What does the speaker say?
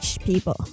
people